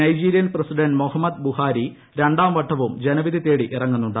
Nigerian president Mohammed Buhari രണ്ടാം വട്ടവും ജനവിധി തേടി ഇറങ്ങുന്നുണ്ട്